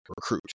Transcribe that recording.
recruit